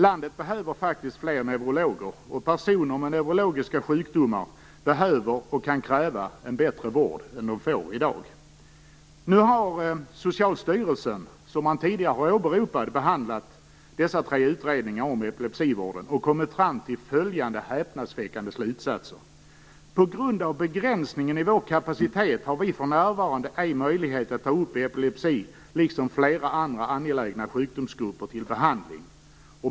Landet behöver faktiskt fler neurologer, och personer med neurologiska sjukdomar behöver och kan kräva en bättre vård än de får i dag. Nu har Socialstyrelsen, som man tidigare har åberopat, behandlat dessa tre utredningar om epilepsivården och kommit fram till följande häpnadsväckande slutsatser: "På grund av begränsningen i vår kapacitet har vi för närvarande ej möjlighet att ta upp epilepsi liksom flera andra angelägna sjukdomsgrupper till behandling".